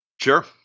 Sure